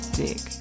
dick